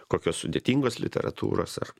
kokios sudėtingos literatūros ar